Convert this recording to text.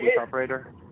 operator